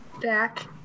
back